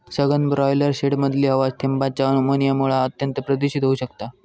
सघन ब्रॉयलर शेडमधली हवा थेंबांच्या अमोनियामुळा अत्यंत प्रदुषित होउ शकता